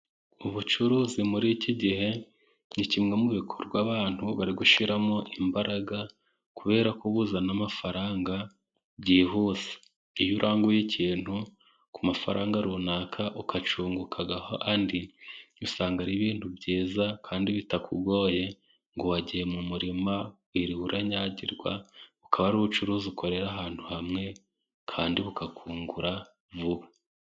Ubucuruzi muri iki gihe ni kimwe mu bikorwa abantu bari gushyiramo imbaraga, kubera ko buzana amafaranga byihuse. Iyo uranguye ikintu ku mafaranga runaka ukacyungukaho andi, usanga ari ibintu byiza kandi bitakugoye ngo wagiye mu murima wiriwe uranyagirwa, ukaba ari ubucuruzi ukorera ahantu hamwe kandi bukakungura vuba.